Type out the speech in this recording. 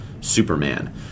Superman